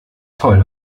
toll